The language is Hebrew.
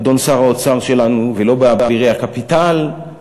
אדון שר האוצר שלנו, ולא באבירי הקפיטל, אה,